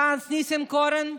גנץ, ניסנקורן,